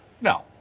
No